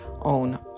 own